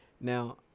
Now